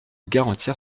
garantir